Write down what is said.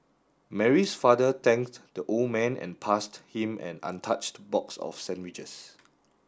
Mary's father thanked the old man and passed him an untouched box of sandwiches